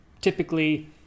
typically